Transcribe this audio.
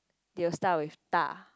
they will start with Da